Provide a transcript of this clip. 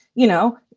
you know,